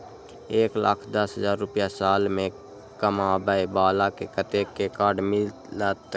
एक लाख दस हजार रुपया साल में कमाबै बाला के कतेक के कार्ड मिलत?